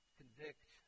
convict